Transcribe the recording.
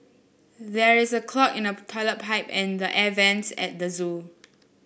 there is a clog in the toilet pipe and the air vents at the zoo